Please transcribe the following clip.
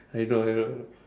I know I know